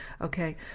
okay